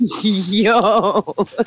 yo